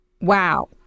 wow